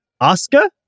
Oscar